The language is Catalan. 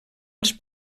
als